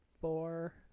four